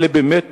אלה באמת